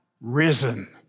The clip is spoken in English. risen